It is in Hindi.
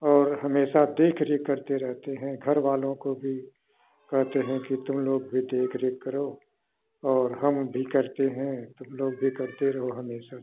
और हमेशा देख रेख करते रहते हैं घरवालों को भी कहते हैं कि तुम लोग भी देख रेख करो और हम भी करते हैं तुम लोग भी करते रहो हमेशा